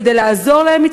כדי לעזור להם,